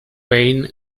wayne